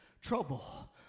Trouble